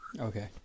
Okay